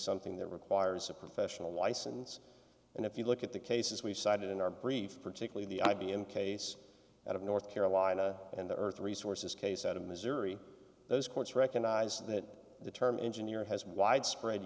something that requires a professional license and if you look at the cases we've cited in our brief particularly the i b m case out of north carolina and the earth resources case out of missouri those courts recognize that the term engineer has widespread